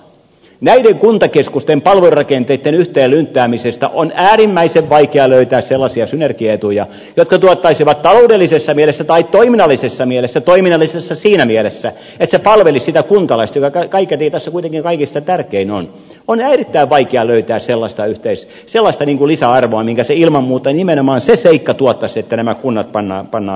näiden kuntakeskusten palvelurakenteitten yhteen lynttäämisestä on äärimmäisen vaikea löytää sellaisia synergiaetuja jotka tuottaisivat taloudellisessa mielessä tai toiminnallisessa mielessä sellaista lisäarvoa toiminnallisessa siinä mielessä että se palvelisi sitä kuntalaista joka kaiketi tässä kuitenkin kaikista tärkein on erittäin vaikea löytää sellaista ei sellaista lisäarvoa minkä ilman muuta nimenomaan se seikka tuottaisi että nämä kunnat pantaisiin yhteen